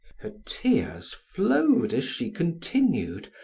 her tears flowed as she continued,